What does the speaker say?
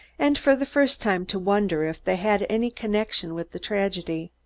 and for the first time to wonder if they had any connection with the tragedy.